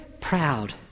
proud